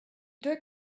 deux